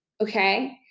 Okay